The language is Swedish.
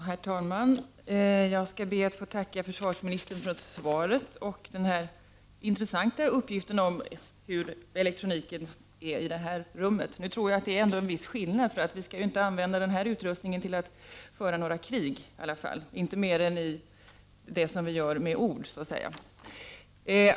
Herr talman! Jag skall be att få tacka försvarsministern för svaret och för den intressanta uppgiften om hur det förhåller sig med elektroniken i detta rum. Jag tror ändå att det är en viss skillnad. Vi skall i alla fall inte använda den här utrustningen till att föra krig, inte annat än vi gör med ord.